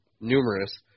numerous